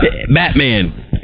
Batman